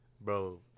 bro